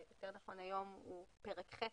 שהיום הוא פרק ח',